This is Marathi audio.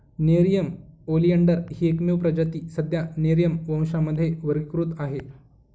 नेरिअम ओलियंडर ही एकमेव प्रजाती सध्या नेरिअम वंशामध्ये वर्गीकृत आहे